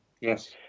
Yes